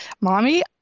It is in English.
Mommy